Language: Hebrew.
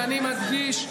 ואני מדגיש,